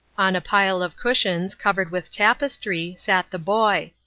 on a pile of cushions, covered with tapestry, sat the boy.